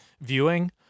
viewing